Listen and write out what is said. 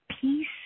peace